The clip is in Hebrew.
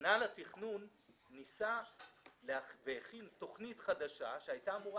מינהל התכנון הכין תוכנית חדשה שהייתה אמורה